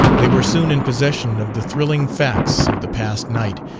they were soon in possession of the thrilling facts of the past night,